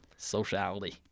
Sociality